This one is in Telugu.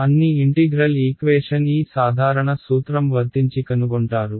అన్ని ఇంటిగ్రల్ ఈక్వేషన్ ఈ సాధారణ సూత్రం వర్తించి కనుగొంటారు